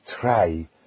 try